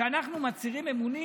שכשאנחנו מצהירים אמונים,